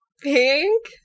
pink